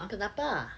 kenapa